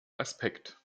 aspekt